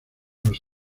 los